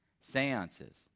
seances